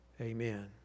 Amen